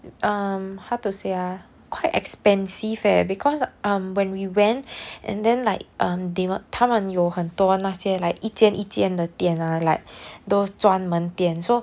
um how to say ah quite expensive eh because um when we went and then like um they were 他们有很多那些来一间一间的店 lah like those 专门店 so